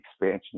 expansion